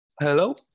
Hello